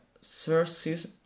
sources